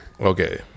okay